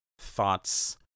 thoughts